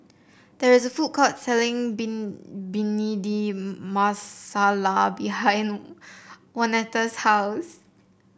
there is a food court selling Bean Bhindi Masala behind Waneta's house